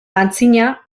antzina